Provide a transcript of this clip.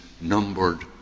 numbered